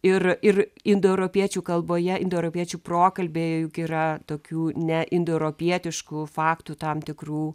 ir ir indoeuropiečių kalboje indoeuropiečių prokalbėje juk yra tokių neindoeuropietiškų faktų tam tikrų